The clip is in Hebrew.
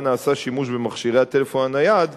שנעשה בה שימוש במכשירי הטלפון הנייד,